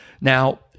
Now